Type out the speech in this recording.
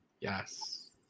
Yes